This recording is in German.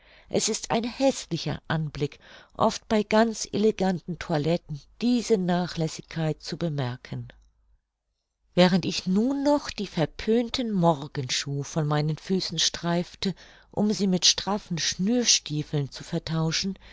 es ist ein häßlicher anblick oft bei ganz eleganten toiletten diese nachlässigkeit zu bemerken während ich nun noch die verpönten morgenschuh von meinen füßen streifte um sie mit straffen schnürstiefeln zu vertauschen